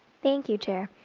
thank you, chair.